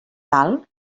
tal